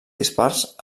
dispars